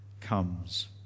comes